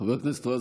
חבר הכנסת רז,